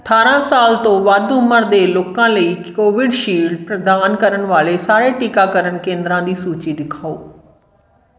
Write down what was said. ਅਠਾਰਾਂ ਸਾਲ ਤੋਂ ਵੱਧ ਉਮਰ ਦੇ ਲੋਕਾਂ ਲਈ ਕੋਵਿਡਸ਼ੀਲਡ ਪ੍ਰਦਾਨ ਕਰਨ ਵਾਲੇ ਸਾਰੇ ਟੀਕਾਕਰਨ ਕੇਂਦਰਾ ਦੀ ਸੂਚੀ ਦਿਖਾਓ